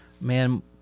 man